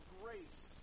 grace